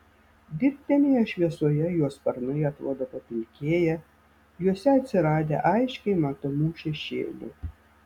dirbtinėje šviesoje jo sparnai atrodo papilkėję juose atsiradę aiškiai matomų šešėlių